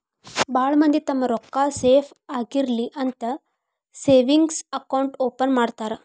ಭಾಳ್ ಮಂದಿ ತಮ್ಮ್ ರೊಕ್ಕಾ ಸೇಫ್ ಆಗಿರ್ಲಿ ಅಂತ ಸೇವಿಂಗ್ಸ್ ಅಕೌಂಟ್ ಓಪನ್ ಮಾಡ್ತಾರಾ